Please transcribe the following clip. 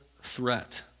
threat